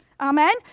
Amen